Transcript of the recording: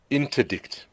interdict